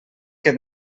que